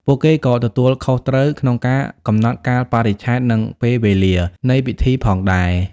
ពួកគេក៏ទទួលខុសត្រូវក្នុងការ កំណត់កាលបរិច្ឆេទ និងពេលវេលា នៃពិធីផងដែរ។